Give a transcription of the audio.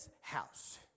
house